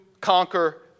conquer